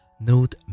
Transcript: Note